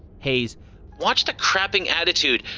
haise watch the crapping attitude.